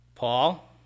Paul